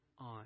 on